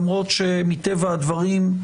למרות שמטבע הדברים,